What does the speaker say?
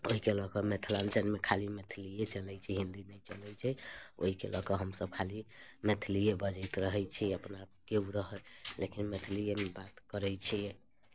ओहिके लऽ कऽ मिथिलाञ्चलमे खाली मैथिलिये चलैत छै हिन्दी नहि चलैत छै ओहिके लऽ कऽ हमसब खाली मैथिलिये बजैत रहैत छी अपना केओ रहल लेकिन मैथिलियेमे बात करैत छियै